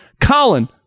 COLIN